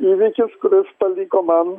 įvykis kuris paliko man